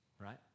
right